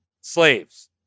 slaves